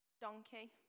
Donkey